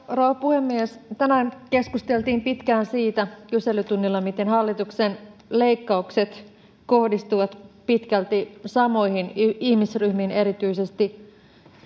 rouva puhemies tänään keskusteltiin pitkään kyselytunnilla siitä miten hallituksen leikkaukset kohdistuvat pitkälti samoihin ihmisryhmiin erityisesti